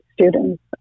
students